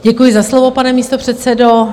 Děkuju za slovo, pane místopředsedo.